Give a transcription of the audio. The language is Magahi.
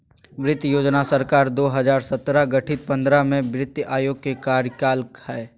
वित्त योजना सरकार वर्ष दो हजार सत्रह गठित पंद्रह में वित्त आयोग के कार्यकाल हइ